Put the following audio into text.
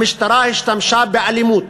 המשטרה השתמשה באלימות,